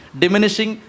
diminishing